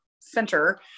center